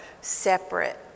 separate